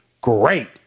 great